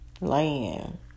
land